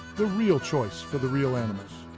the real choice for the reel animals.